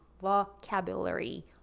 vocabulary